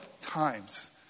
times